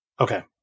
Okay